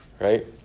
right